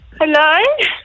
Hello